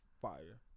fire